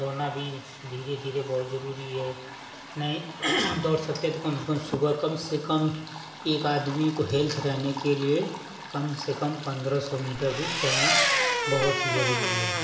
दौड़ना भी धीरे धीरे बहुत जरूरी है नही दौड़ सकते तो कम से कम सुबह कम से कम एक आदमी को हेल्थ रहेने के लिए कम से कम पंद्रह सौ मीटर दूर चलना बहुत ही जरूरी है